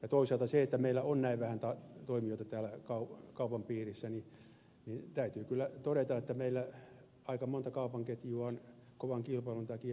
ja toisaalta siitä että meillä on näin vähän toimijoita täällä kaupan piirissä täytyy kyllä todeta että meillä aika monta kaupan ketjua on kovan kilpailun takia poistunut